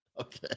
Okay